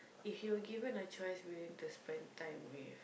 if you were given a choice willing to spend time with